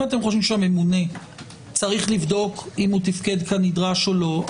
אם אתם חושבים שהממונה צריך לבדוק אם הוא תפקד כנדרש או לא,